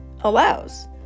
allows